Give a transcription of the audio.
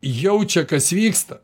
jaučia kas vyksta